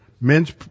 men's